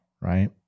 Right